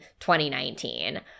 2019